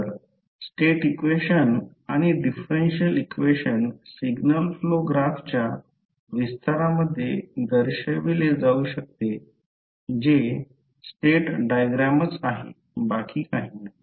तर state equation आणि differential equation signal flow ग्राफच्या विस्तारामध्ये दर्शविले जाऊ शकते जे स्टेट डायग्रामच आहे बाकी काही नाही